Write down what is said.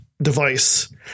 Device